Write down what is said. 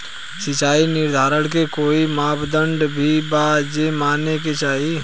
सिचाई निर्धारण के कोई मापदंड भी बा जे माने के चाही?